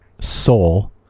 soul